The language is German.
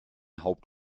haupt